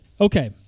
Okay